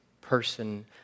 person